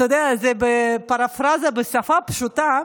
אתה יודע, בפרפרזה, בשפה פשוטה,